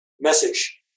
message